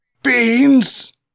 Beans